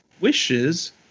Wishes